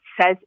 says